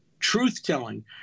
truth-telling